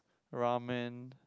ramen